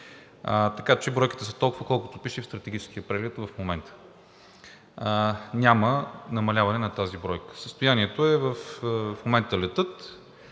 Така че бройките са толкова, колкото пише в стратегическия преглед в момента. Няма намаляване на тази бройка. Състоянието е – в момента летят,